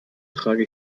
trage